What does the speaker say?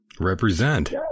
Represent